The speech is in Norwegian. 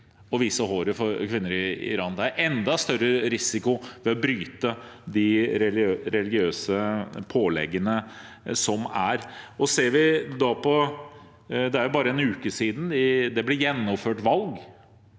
å vise håret for kvinner i Iran. Det er enda større risiko ved å bryte de religiøse påleggene. Det er bare en uke siden det ble gjennomført valg